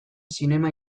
zinema